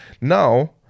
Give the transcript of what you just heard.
Now